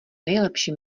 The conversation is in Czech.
nejlepší